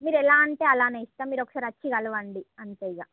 మీరు ఎలా అంటే అలానే ఇస్తాం మీరు ఒకసారచ్చి కలవండి అంతే ఇగ